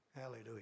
Hallelujah